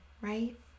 right